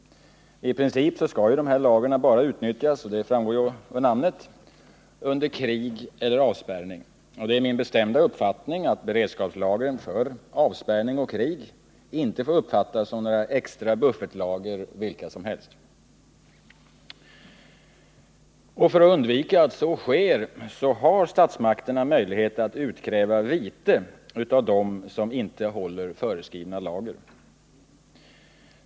I princip skall de här lagren bara utnyttjas —det framgår ju av namnet — under krig eller avspärrning. Det är min bestämda uppfattning att beredskapslagren för krig och avspärrning inte får uppfattas som några extra buffertlager vilka som helst. För att undvika att så sker har statsmakterna möjlighet att utkräva vite av dem som inte håller föreskrivna lager.